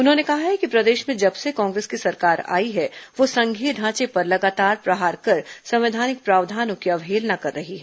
उन्होंने कहा कि प्रदेश में जबसे कांग्रेस की सरकार आई है वह संघीय ढांचे पर लगातार प्रहार कर संवैधानिक प्रावधानों की अवहेलना कर रही है